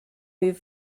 moved